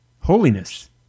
Holiness